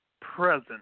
present